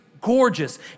gorgeous